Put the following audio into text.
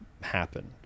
happen